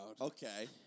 Okay